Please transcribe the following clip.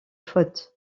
faute